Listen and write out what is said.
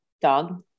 Dog